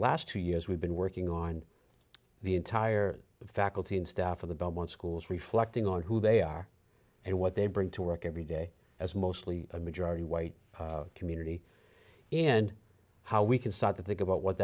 last two years we've been working on the entire faculty and staff of the belmont schools reflecting on who they are and what they bring to work every day as mostly a majority white community and how we can start to think about what